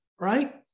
right